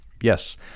Yes